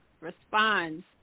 respond